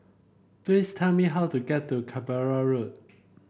please tell me how to get to Canberra Road